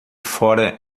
fora